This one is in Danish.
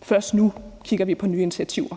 og først nu kigger vi på nye initiativer.